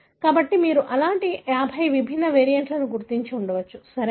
కాబట్టి మీరు అలాంటి 50 విభిన్న వేరియంట్లను గుర్తించి ఉండవచ్చు సరియైనదా